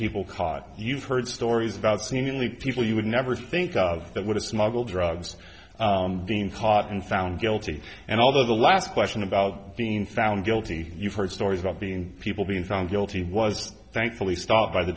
people caught you've heard stories about seemingly people you would never think of that would have smuggle drugs being caught and found guilty and although the last question about being found guilty you heard stories about being people being found guilty was thankfully stopped by the